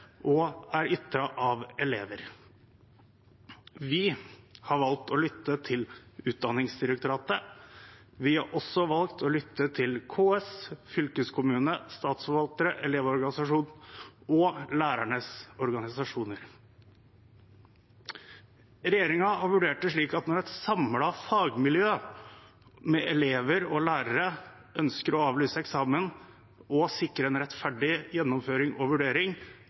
og av elever. Vi har valgt å lytte til Utdanningsdirektoratet. Vi har også valgt å lytte til KS, fylkeskommuner, statsforvaltere, Elevorganisasjonen og lærernes organisasjoner. Regjeringen har vurdert det slik at når et samlet fagmiljø, med elever og lærere, ønsker å avlyse eksamen og sikre en rettferdig gjennomføring og vurdering,